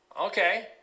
okay